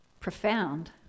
profound